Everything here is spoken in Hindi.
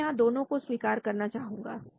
मैं यहां दोनों को स्वीकार करना चाहूंगा